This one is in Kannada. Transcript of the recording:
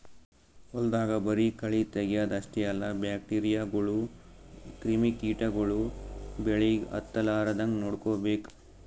ಹೊಲ್ದಾಗ ಬರಿ ಕಳಿ ತಗ್ಯಾದ್ ಅಷ್ಟೇ ಅಲ್ಲ ಬ್ಯಾಕ್ಟೀರಿಯಾಗೋಳು ಕ್ರಿಮಿ ಕಿಟಗೊಳು ಬೆಳಿಗ್ ಹತ್ತಲಾರದಂಗ್ ನೋಡ್ಕೋಬೇಕ್